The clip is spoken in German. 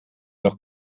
noch